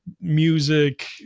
music